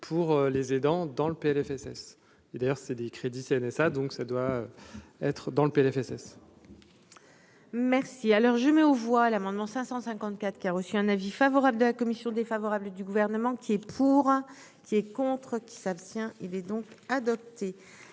pour les aidants dans le PLFSS et d'ailleurs c'est des crédits CNSA donc ça doit être dans le PLFSS. Merci à l'heure, je mets aux voix l'amendement 554 qui a reçu un avis favorable de la commission défavorable du gouvernement. Et pour qui est contre qui s'abstient. Il est donc adopté